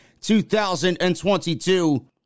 2022